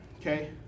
okay